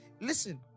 Listen